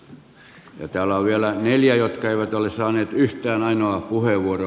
ja täällä on vielä neljä jotka eivät ole saaneet yhtään ainoaa puheenvuoroa